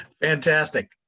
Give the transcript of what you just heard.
Fantastic